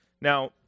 Now